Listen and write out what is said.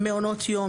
מעונות ים,